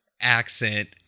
accent